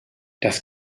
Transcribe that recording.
das